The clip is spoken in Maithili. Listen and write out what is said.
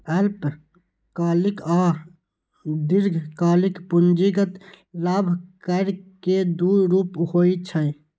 अल्पकालिक आ दीर्घकालिक पूंजीगत लाभ कर के दू रूप होइ छै